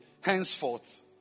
henceforth